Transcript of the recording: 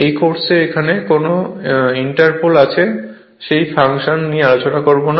এই কোর্সে এখানে কেন ইন্টার পোল আছে সেই ফাংশন নিয়ে আলোচনা করব না